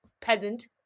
Peasant